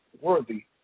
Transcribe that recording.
worthy